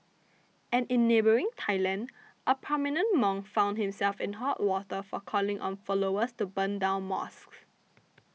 and in neighbouring Thailand a prominent monk found himself in hot water for calling on followers to burn down mosques